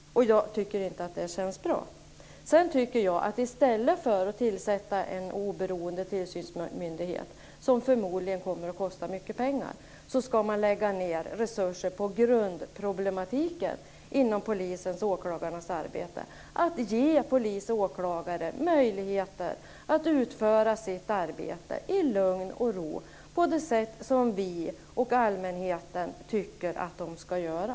Och jag tycker inte att det känns bra. Sedan tycker jag att i stället för att inrätta en oberoende tillsynsmyndighet som förmodligen kommer att kosta mycket pengar ska man lägga ned resurser på grundproblematiken inom polisens och åklagarnas arbete; att ge polis och åklagare möjligheter att utföra sitt arbete i lugn och ro på det sätt som vi och allmänheten tycker att de ska göra.